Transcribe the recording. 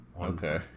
Okay